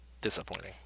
Disappointing